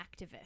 activist